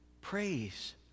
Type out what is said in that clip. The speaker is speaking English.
Praise